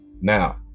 now